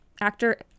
actor